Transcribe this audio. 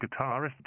guitarist